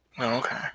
Okay